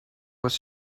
was